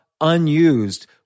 unused